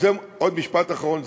עוד משפט, אחרון.